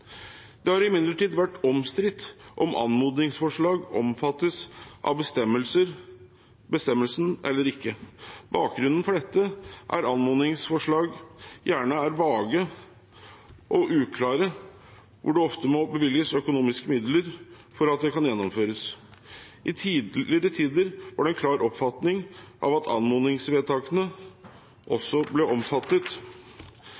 Det har imidlertid vært omstridt om anmodningsforslag omfattes av bestemmelsen eller ikke. Bakgrunnen for dette er at anmodningsforslag gjerne er vage og uklare, og at det ofte må bevilges økonomiske midler for at det kan gjennomføres. I tidligere tider var det en klar oppfatning av at anmodningsvedtakene